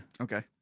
Okay